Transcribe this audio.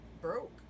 broke